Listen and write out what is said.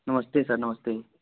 नमस्ते सर नमस्ते